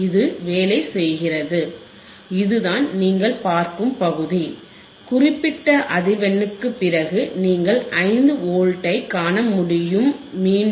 இது வேலை செய்கிறது இதுதான் நீங்கள் பார்க்கும் பகுதி குறிப்பிட்ட அதிர்வெண்ணிற்குப் பிறகு நீங்கள் 5 வோல்ட்ஸைக் காண முடியும் மீண்டும்